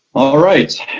all right.